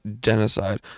genocide